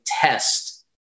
test